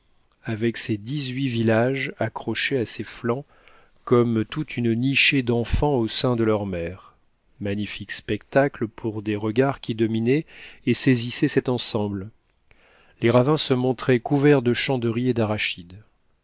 avec ses dix-huit villages accrochés à ses flancs comme toute une nichée d'enfants au sein de leur mère magnifique spectacle pour des regards qui dominaient et saisissaient cet ensemble les ravins se montraient couverts de champs de riz et d'arachides